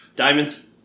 Diamonds